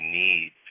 need